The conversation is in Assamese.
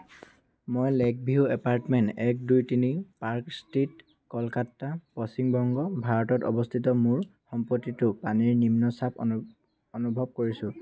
মই লেক ভিউ এপাৰ্টমেণ্ট এক দুই তিনি পাৰ্ক ষ্ট্ৰীট কলকাতা পশ্চিমবংগ ভাৰতত অৱস্থিত মোৰ সম্পত্তিটো পানীৰ নিম্ন চাপ অনুভৱ কৰিছোঁ